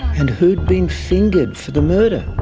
and who had been fingered for the murder?